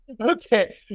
Okay